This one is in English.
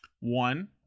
one